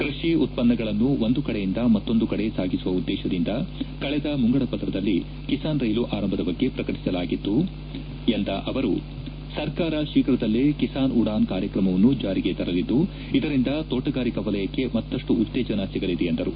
ಕೃಷಿ ಉತ್ಪನ್ನಗಳನ್ನು ಒಂದು ಕಡೆಯಿಂದ ಮತ್ತೊಂದು ಕಡೆ ಸಾಗಿಸುವ ಉದ್ದೇಶದಿಂದ ಕಳೆದ ಮುಂಗಡ ಪತ್ರದಲ್ಲಿ ಕಿಸಾನ್ ರೈಲು ಆರಂಭದ ಬಗ್ಗೆ ಪ್ರಕಟಿಸಲಾಗಿತ್ತು ಎಂದು ಹೇಳಿದ ಅವರು ಸರ್ಕಾರ ಶೀಫ್ರದಲ್ಲೇ ಕಿಸಾನ್ ಉಡಾನ್ ಕಾರ್ಯಕ್ರಮವನ್ನು ಜಾರಿಗೆ ತರಲಿದ್ದು ಇದರಿಂದ ತೋಟಗಾರಿಕಾ ವಲಯಕ್ಕೆ ಮತ್ತಷ್ಟು ಉತ್ತೇಜನ ಸಿಗಲಿದೆ ಎಂದರು